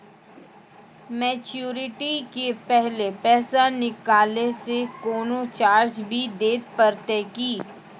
Maturity के पहले पैसा निकालै से कोनो चार्ज भी देत परतै की?